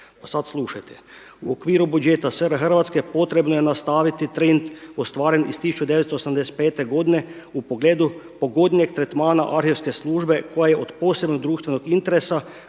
A sada slušajte. U okviru buđeta SR Hrvatske potrebno je nastaviti trend ostvaren iz 1985. godine u pogledu pogodnijeg tretmana arhivske službe koja je od posebnog društvenog interesa